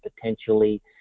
potentially